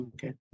Okay